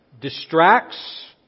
distracts